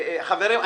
חברים,